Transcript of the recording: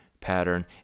pattern